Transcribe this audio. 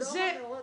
של אזור המאורות.